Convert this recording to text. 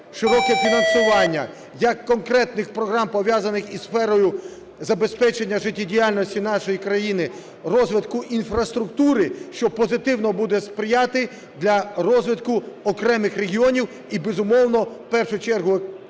широке фінансування як конкретних програм, пов'язаних із сферою забезпечення життєдіяльності нашої країни розвитку інфраструктури, що позитивно буде сприяти для розвитку окремих регіонів, і, безумовно, в першу чергу